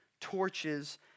torches